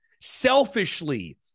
Selfishly